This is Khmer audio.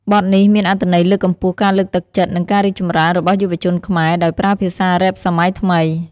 បទនេះមានអត្ថន័យលើកកម្ពស់ការលើកទឹកចិត្ត និងការរីកចម្រើនរបស់យុវជនខ្មែរ ដោយប្រើភាសាររ៉េបសម័យថ្មី។